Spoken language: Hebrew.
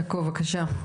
יעקב, כן בבקשה.